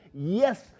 Yes